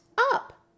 up